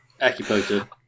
Acupuncture